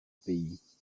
pays